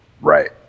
right